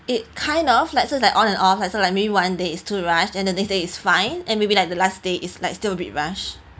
it kind of like so like on and off like so maybe one day is too rush and the next day is fine and maybe like the last day is like still a bit rush